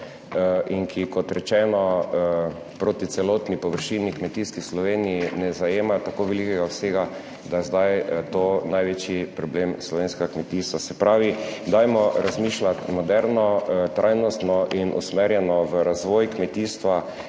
in ki, kot rečeno, proti celotni površini, kmetijski, Sloveniji ne zajemajo tako velikega obsega, da je zdaj to največji problem slovenskega kmetijstva. Se pravi, dajmo razmišljati moderno, trajnostno in usmerjeno v razvoj kmetijstva